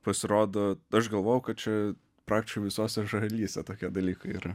pasirodo aš galvojau kad čia praktiškai visose šalyse tokie dalykai yra